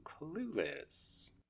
Clueless